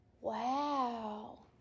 Wow